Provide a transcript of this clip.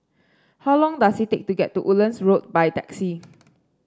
how long does it take to get to Woodlands Road by taxi